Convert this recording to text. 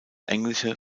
englische